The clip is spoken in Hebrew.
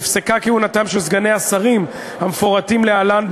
נפסקה כהונתם של סגני השרים ששמותיהם מפורטים להלן,